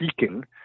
seeking